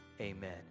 amen